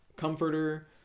comforter